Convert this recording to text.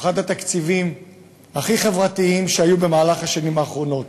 אחד התקציבים הכי חברתיים שהיו במהלך השנים האחרונות.